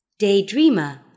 Daydreamer